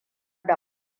da